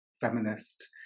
feminist